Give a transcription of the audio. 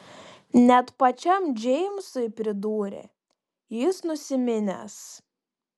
net pačiam džeimsui pridūrė jis nusiminęs